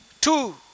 Two